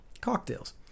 Cocktails